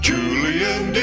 Julian